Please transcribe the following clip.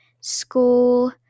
school